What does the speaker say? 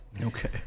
Okay